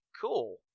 cool